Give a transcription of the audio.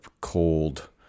cold